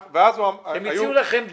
הם הציעו לכם דיל.